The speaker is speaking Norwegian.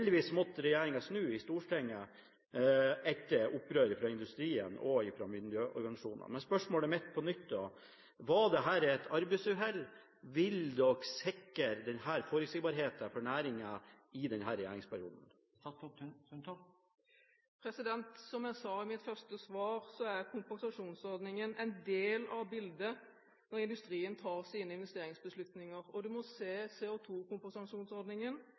måtte regjeringen snu i Stortinget etter opprør fra industrien og fra miljøorganisasjonene. Spørsmålet mitt blir da på nytt: Var dette et arbeidsuhell? Vil dere sikre denne forutsigbarheten for næringen i denne regjeringsperioden? Som jeg sa i mitt første svar, er kompensasjonsordningen en del av bildet når industrien tar sine investeringsbeslutninger, og en må se